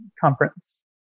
conference